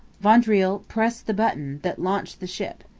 vaudreuil pressed the button that launched the ship.